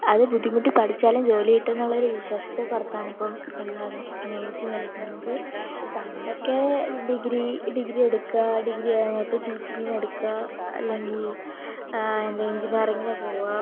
അത് ബുദ്ധിമുട്ടി പഠിച്ചാലും ജോലി കിട്ടുമെന്നുള്ളൊരു വിശ്വാസത്തിൻ പുറത്താണിപ്പം എല്ലാവരും നേഴ്സിങ്ങെടുക്കുന്നത് പണ്ടൊക്കെ ഡിഗ്രി ഡിഗ്രി എടുക്കാം ഡിഗ്രി കഴിഞ്ഞിട്ട് ടീച്ചിങ്ങിനെടുക്കാം അല്ലെങ്കിൽ എന്ത് എഞ്ചിനിയറിംഗിന് പോവാം